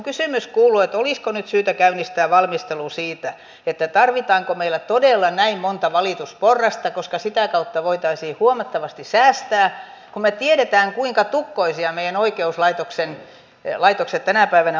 kysymykseni kuuluu olisiko nyt syytä käynnistää valmistelu siitä tarvitaanko meillä todella näin monta valitusporrasta koska sitä kautta voitaisiin huomattavasti säästää kun me tiedämme kuinka tukkoinen meidän oikeuslaitoksemme tänä päivänä on